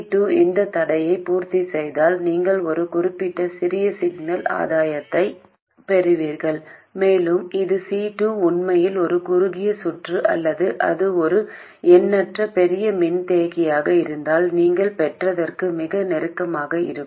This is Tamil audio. C2 இந்த தடையை பூர்த்தி செய்தால் நீங்கள் ஒரு குறிப்பிட்ட சிறிய சிக்னல் ஆதாயத்தைப் பெறுவீர்கள் மேலும் இது C2 உண்மையில் ஒரு குறுகிய சுற்று அல்லது அது ஒரு எண்ணற்ற பெரிய மின்தேக்கியாக இருந்தால் நீங்கள் பெற்றதற்கு மிக நெருக்கமாக இருக்கும்